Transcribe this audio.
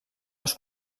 les